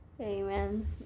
Amen